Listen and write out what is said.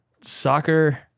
soccer